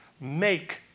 Make